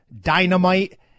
Dynamite